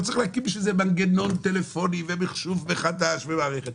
לא צריך להקים בשביל זה מנגנון טלפונים ומחשוב מחדש ומערכת.